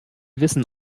wissen